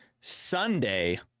Sunday